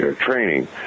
training